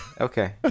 Okay